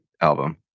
album